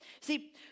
See